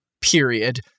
period